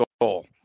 goal